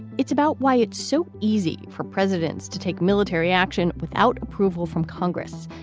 it's about why it's so easy for presidents to take military action without approval from congress.